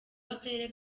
w’akarere